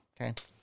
Okay